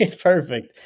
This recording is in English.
Perfect